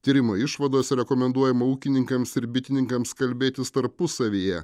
tyrimo išvadose rekomenduojama ūkininkams ir bitininkams kalbėtis tarpusavyje